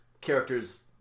characters